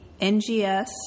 NGS